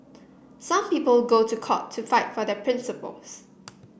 some people go to court to fight for their principles